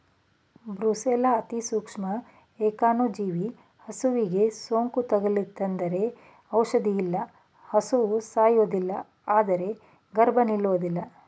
brucella ಅತಿಸೂಕ್ಷ್ಮ ಏಕಾಣುಜೀವಿ ಹಸುವಿಗೆ ಸೋಂಕು ತಗುಲಿತೆಂದರೆ ಔಷಧವಿಲ್ಲ ಹಸು ಸಾಯುವುದಿಲ್ಲ ಆದ್ರೆ ಗರ್ಭ ನಿಲ್ಲುವುದಿಲ್ಲ